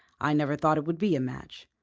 i never thought it would be a match.